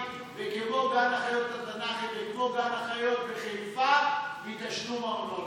וכמו גן החיות התנ"כי וכמו גן החיות בחיפה מתשלום ארנונה.